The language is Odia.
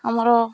ଆମର